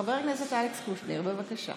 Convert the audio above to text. חבר הכנסת אלכס קושניר, בבקשה.